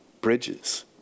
bridges